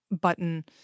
button